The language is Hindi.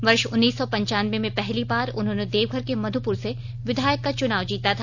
वर्ष उन्नीस सौ पंचानबे में पहली बार उन्होंने देवघर के मधुपुर से विधायक का चुनाव जीता था